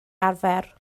arfer